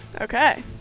okay